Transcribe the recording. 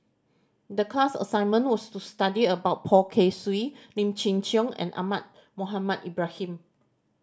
the class assignment was to study about Poh Kay Swee Lim Chin Siong and Ahmad Mohamed Ibrahim